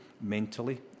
mentally